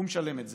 הוא משלם את זה.